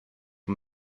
man